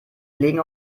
legen